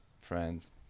friends